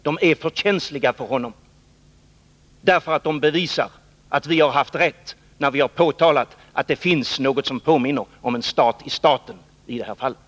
De är för känsliga för honom, därför att de bevisar att vi har haft rätt när vi påstått att det finns något som påminner om en stat i staten i det här fallet.